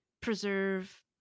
preserve